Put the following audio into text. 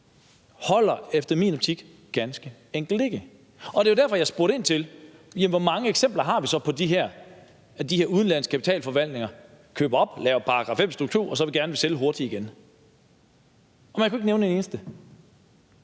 holder i min optik ganske enkelt ikke. Og det er jo derfor, jeg spurgte ind til, hvor mange eksempler vi har på de her udenlandske kapitalforvaltere, der køber op, foretager ting i forhold til § 5, stk. 2 og så gerne vil sælge hurtigt igen. Og man kunne ikke nævne et eneste